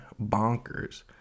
bonkers